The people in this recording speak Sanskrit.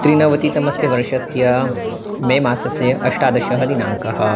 त्रिनवतितमस्य वर्षस्य मे मासस्य अष्टादशः दिनाङ्कः